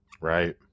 Right